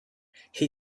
had